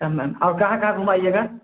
अच्छा मैम आप कहाँ कहाँ घुमाइएगा